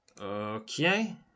Okay